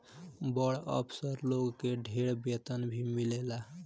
बड़ अफसर लोग के ढेर वेतन भी मिलेला